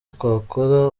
twakora